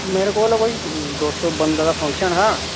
मेरे कोल कोई दो सौ बन्दे दा फंक्शन हा